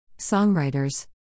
Songwriters